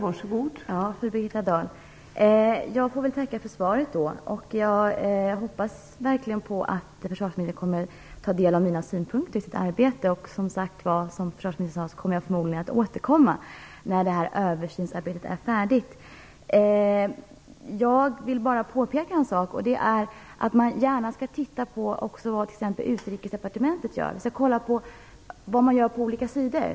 Fru talman! Låt mig tacka för svaret. Jag hoppas verkligen att försvarsministern kommer att ta del av mina synpunkter i sitt arbete. Som försvarsministern sade, kommer jag förmodligen att återkomma när översynsarbetet är färdigt. Jag vill bara påpeka en sak. Jag tycker att man även skall titta på vad Utrikesdepartementet gör. Vi måste se vad man gör på olika sidor.